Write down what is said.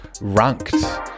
ranked